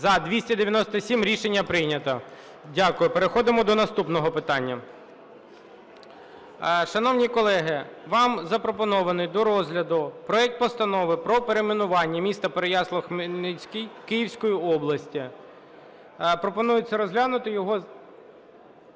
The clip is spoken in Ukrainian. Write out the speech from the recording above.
За-297 Рішення прийнято. Дякую. Переходимо до наступного питання. Шановні колеги, вам запропонований до розгляду проект Постанови про перейменування міста Переяслав-Хмельницький Київської області. Пропонується розглянути його…